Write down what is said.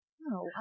No